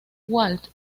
walt